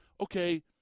okay